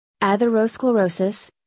atherosclerosis